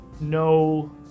no